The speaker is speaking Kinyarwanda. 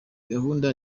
gahunda